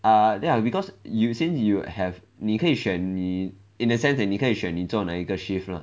ah ya because you were saying you have 你可以选你 in a sense that 你可以选你做哪一个 shift lah